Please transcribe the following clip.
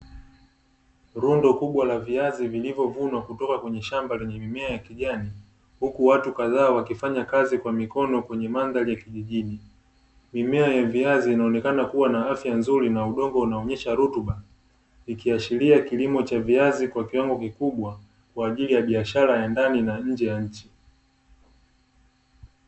Rundo kubwa la viazi vilivyovunwa kutoka kwenye shamba lenye mimea ya kijan,i huku watu kadhaa wakifanya kazi kwa mikono kwenye mandhari ya kijijini, mimea ya viazi inaonekana kuwa na afya nzuri na udongo unaonyesha rutuba, likiashiria kilimo cha viazi kwa kiwango kikubwa kwa ajili ya biashara ya ndani na nje ya nchi.